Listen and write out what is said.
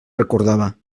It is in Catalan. recordava